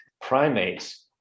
primates